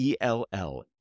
ELL